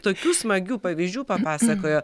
tokių smagių pavyzdžių papasakojo